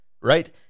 right